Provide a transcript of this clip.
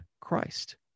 christ